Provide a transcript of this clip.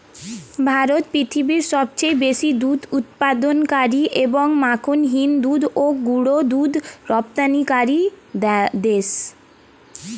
ভারত পৃথিবীর সবচেয়ে বেশি দুধ উৎপাদনকারী এবং মাখনহীন দুধ ও গুঁড়ো দুধ রপ্তানিকারী দেশ